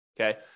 Okay